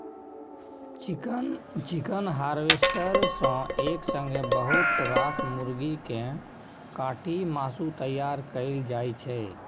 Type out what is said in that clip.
chicken harvester सँ एक संगे बहुत रास मुरगी केँ काटि मासु तैयार कएल जाइ छै